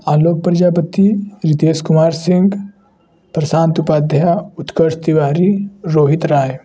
Alok Prajapati Ritesh Kumar Singh Prashant Upadhyay Utkarsh Tiwari Rohit Rai